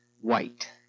white